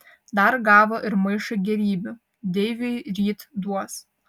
dar gavo ir maišą gėrybių deiviui ryt duos